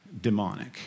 demonic